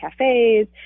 cafes